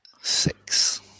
six